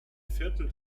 viertel